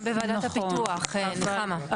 גם בוועדת הפיתוח, נחמה.